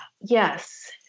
yes